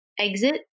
exit